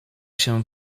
się